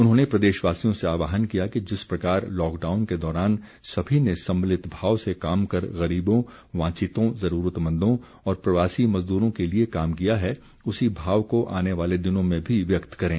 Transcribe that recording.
उन्होंने प्रदेशवासियों से आह्वान किया कि जिस प्रकार लॉकडाउन के दौरान सभी ने सम्मिलित भाव से काम कर गरीबों वांछितों ज़रूरतमंदों और प्रवासी मज़दूरों के लिए काम किया है उसी भाव को आने वाले दिनों में भी व्यक्त करें